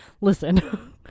Listen